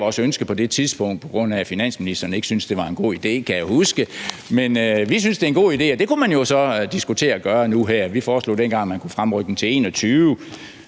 vores ønske på det tidspunkt, på grund af at finansministeren ikke syntes, det var en god idé, kan jeg huske. Men vi synes, det er en god idé, og det kunne man jo så diskutere at gøre nu. Vi foreslog dengang, at man kunne fremrykke den til 2021,